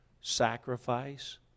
sacrifice